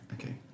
Okay